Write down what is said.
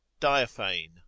Diaphane